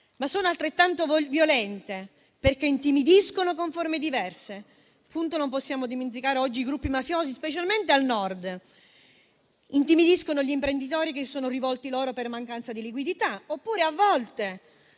ma sono altrettanto violente, perché intimidiscono con forme diverse. Non possiamo dimenticare che oggi i gruppi mafiosi, specialmente al Nord, intimidiscono gli imprenditori che si sono rivolti loro per mancanza di liquidità, oppure a volte